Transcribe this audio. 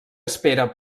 espera